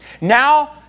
Now